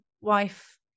wife